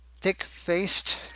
thick-faced